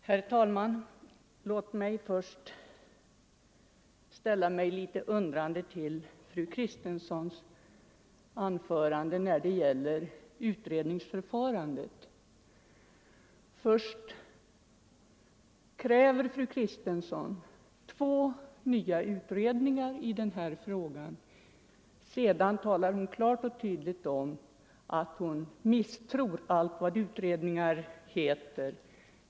Herr talman! Låt mig först ställa mig litet undrande till fru Kristenssons anförande när det gäller utredningsförfarandet. Först kräver fru Kristensson två nya utredningar i denna fråga. Sedan talar hon klart och tydligt om att hon misstror allt vad utredningar heter.